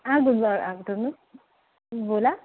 हां आफ्टरनून बोला